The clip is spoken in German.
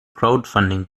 crowdfunding